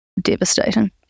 devastating